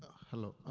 hello,